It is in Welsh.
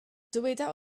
dyweda